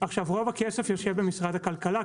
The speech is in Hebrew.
רוב הכסף יושב במשרד הכלכלה,